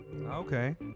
Okay